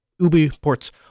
UbiPorts